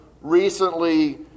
recently